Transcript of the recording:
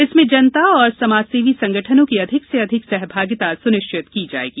इसमें जनता एवं समाजसेवी संगठनों की अधिक से अधिक सहभागिता सुनिश्चित की जाएगी